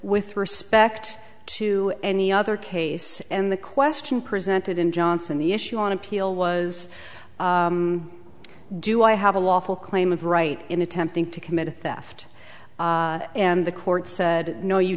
with respect to any other case and the question presented in johnson the issue on appeal was do i have a lawful claim of right in attempting to commit a theft and the court said no you